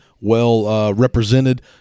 well-represented